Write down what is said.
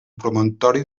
promontori